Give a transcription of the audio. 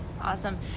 Awesome